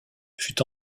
fut